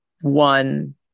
one